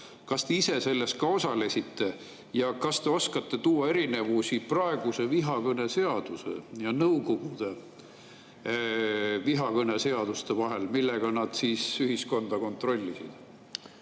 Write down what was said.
Kas te ise selles ka osalesite? Ja kas te oskate tuua erinevusi praeguse vihakõneseaduse ja Nõukogude vihakõneseaduste vahel, millega nad ühiskonda kontrollisid?